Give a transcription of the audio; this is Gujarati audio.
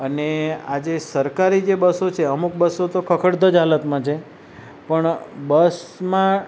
અને આજે સરકારી જે બસો છે અમુક બસો તો ખખડધજ હાલતમાં છે પણ બસમાં